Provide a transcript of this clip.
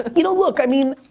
you know, look, i mean,